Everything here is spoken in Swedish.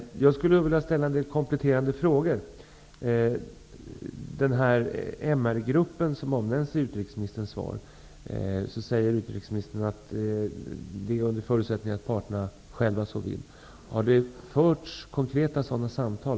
Jag vill ställa en del kompletterande frågor. Utrikesministern säger i svaret när det gäller MR gruppen: ''om inblandade parter själva är överens om detta''. Har konkreta samtal förts?